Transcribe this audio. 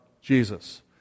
Jesus